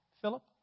Philip